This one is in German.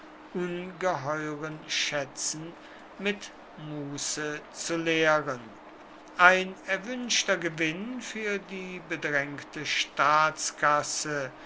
ungeheuren schätzen mit muße zu leeren ein erwünschter gewinn für die bedrängte staatskasse